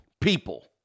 people